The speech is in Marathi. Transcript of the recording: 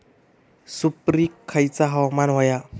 सुपरिक खयचा हवामान होया?